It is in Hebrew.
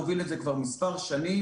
מוביל את זה כבר מספר שנים,